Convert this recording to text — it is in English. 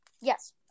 Yes